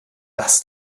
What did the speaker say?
das